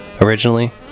originally